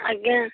ଆଜ୍ଞା